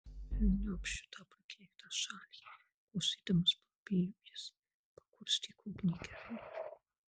velniop šitą prakeiktą šalį kosėdamas bambėjo jis pakurstyk ugnį gerai